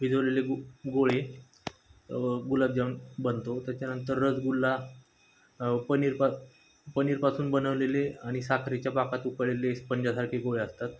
भिजवलेले गु गोळे गुलाबजाम बनतो त्याच्यानंतर रसगुल्ला पनीर पा पनीरपासून बनवलेले आणि साखरेच्या पाकात उकळलेले स्पंजासारखे गोळे असतात